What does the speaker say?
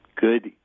good